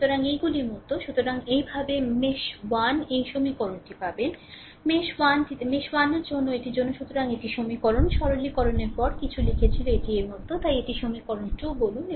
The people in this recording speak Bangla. সুতরাং এইগুলির মতো সুতরাং এইভাবে মেশ 1 এই সমীকরণটি পাবেন মেশ 1 টি মেশ 1 এর জন্য এটির জন্য সুতরাং এটি সমীকরণ সরলকরণের পরে কিছু লিখেছিল এটি এর মত তাই এটি সমীকরণ 2 বলুন